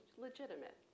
legitimate